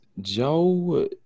joe